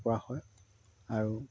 কৰা হয় আৰু